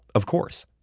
of course.